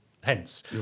hence